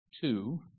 two